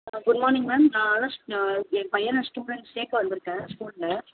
ஆ good morning ma'am ஏன் பையனை student சேர்க்க வந்துருக்கேன் ஸ்கூலில்